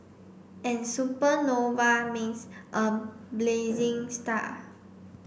and supernova means a blazing star